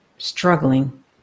struggling